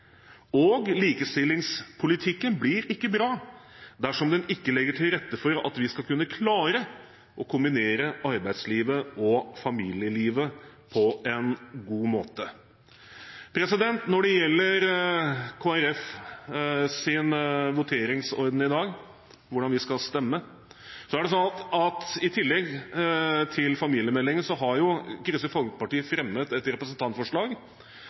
og likestillingspolitikken blir ikke bra dersom den ikke legger til rette for at vi skal kunne klare å kombinere arbeids- og familielivet på en god måte. Når det gjelder Kristelig Folkepartis voteringsorden i dag, hvordan vi skal stemme, er det sånn at i tillegg til familiemeldingen har Kristelig Folkeparti fremmet et representantforslag